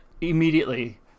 immediately